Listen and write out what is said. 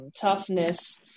toughness